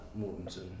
Mortensen